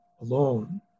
alone